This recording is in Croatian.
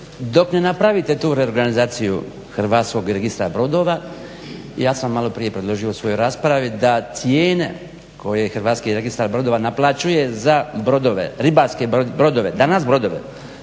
Dok ne napravite tu reorganizaciju hrvatskog registra brodova ja sam malo prije predložio u svojoj raspravi da cijene koje hrvatski registar brodova naplaćuje za brodove, ribarske brodove danas brodove